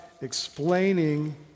explaining